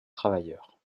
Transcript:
travailleurs